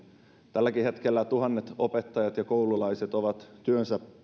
tälläkin hetkellä tuhannet opettajat ja koululaiset ovat työnsä